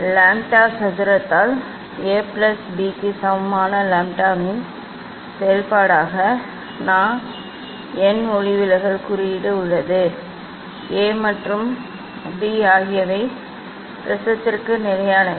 lambda சதுரத்தால் A plus B க்கு சமமான லாம்ப்டாவின் செயல்பாடாக n ஒளிவிலகல் குறியீடு உள்ளது A மற்றும் B ஆகியவை ப்ரிஸத்திற்கு நிலையானவை